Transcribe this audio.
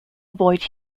avoid